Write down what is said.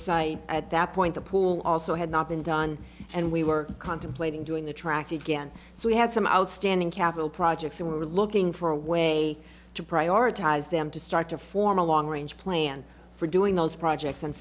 site at that point the pool also had not been done and we were contemplating doing the track again so we had some outstanding capital projects that were looking for a way to prioritize them to start to form a long range plan for doing those projects and